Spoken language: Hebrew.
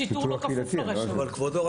כבודו,